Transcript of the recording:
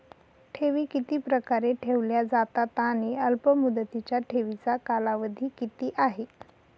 ठेवी किती प्रकारे ठेवल्या जातात आणि अल्पमुदतीच्या ठेवीचा कालावधी किती आहे?